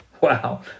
Wow